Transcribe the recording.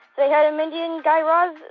say hi to mindy and guy raz.